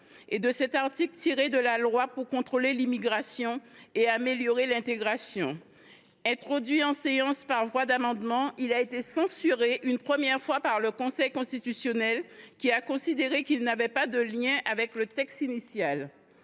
et de cet article, tiré de la loi pour contrôler l’immigration, améliorer l’intégration. Introduit en séance par voie d’amendement, ce dispositif a été censuré une première fois par le Conseil constitutionnel, qui a considéré qu’il n’avait pas de lien avec le texte initial.